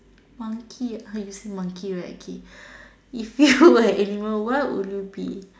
monkey eyes monkey right K if you were an animal what would you be